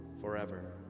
forever